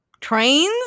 Trains